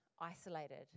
isolated